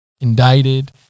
indicted